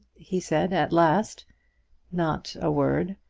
he said at last not a word.